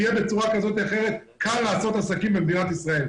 יהיה בצורה כזאת או אחרת קל לעשות עסקים במדינת ישראל.